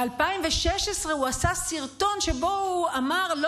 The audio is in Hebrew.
ב-2016 הוא עשה סרטון שבו הוא אמר: לא